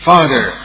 Father